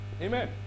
Amen